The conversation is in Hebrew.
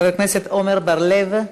חבר הכנסת עמר בר-לב,